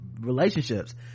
relationships